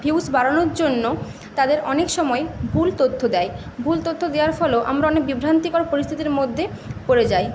views বাড়ানোর জন্য তাদের অনেক সময় ভুল তথ্য দেয় ভুল তথ্য দেওয়ার ফলো আমরা অনেক বিভ্রান্তিকর পরিস্থিতির মধ্যে পরে যাই